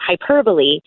hyperbole